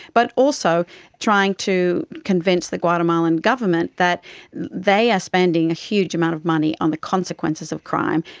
but also trying to convince the guatemalan government that they are spending a huge amount of money on the consequences of crime,